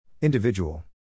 Individual